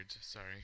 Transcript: sorry